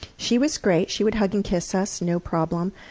she was great. she would hug and kiss us, no problem.